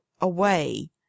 away